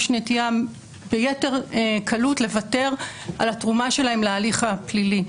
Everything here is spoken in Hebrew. יש נטייה ביתר קלות לוותר על התרומה שלהם להליך הפלילי.